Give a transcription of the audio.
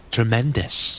Tremendous